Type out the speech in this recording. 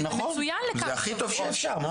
וזו יכולה להיות פלטפורמה טובה לדבר הזה.